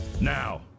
now